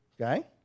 Okay